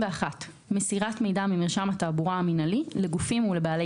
מסירת מידע ממרשם התעבורה המינהלי לגופים ולבעלי